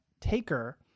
taker